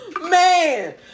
Man